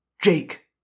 Jake